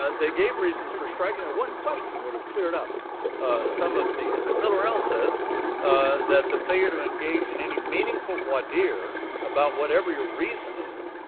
ah they gave reasons for striking, and one question would have cleared up some of these. and miller-el says that the failure to engage in any meaningful voir dire about whatever your reason is,